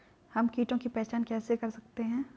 हम कीटों की पहचान कैसे कर सकते हैं?